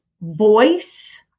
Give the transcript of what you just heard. voice